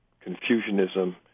Confucianism